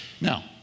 Now